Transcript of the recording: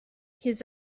his